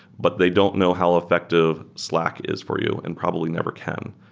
but they don't know how effective slack is for you and probably never can.